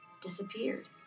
disappeared